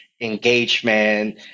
engagement